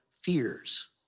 fears